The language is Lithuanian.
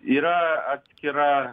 yra atskira